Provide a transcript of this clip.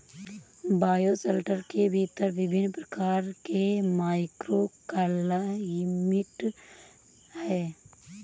bioshelter के भीतर विभिन्न प्रकार के माइक्रोक्लाइमेट हैं